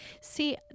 See